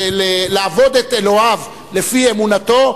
לעבוד את אלוהיו לפי אמונתו,